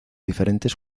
diferentes